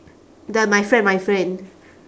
the my friend my friend